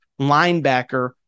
linebacker